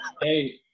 Hey